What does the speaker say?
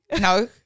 No